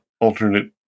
alternate